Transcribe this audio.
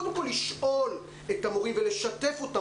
קודם כל לשאול את המורים ולשתף אותם